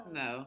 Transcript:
no